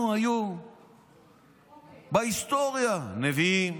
לנו היו בהיסטוריה נביאים,